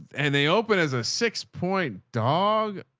and they opened as a six point dog.